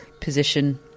position